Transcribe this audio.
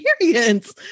experience